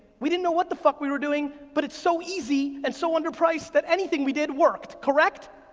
we didn't know what the fuck we were doing, but it's so easy and so under priced that anything we did worked. correct?